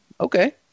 okay